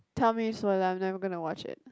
tell me spoiler I'm never gonna watch it